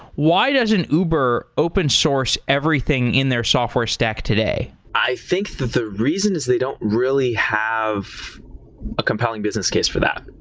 why doesn't uber open source everything in their software stack today? i think that the reason they don't really have a compelling business case for that,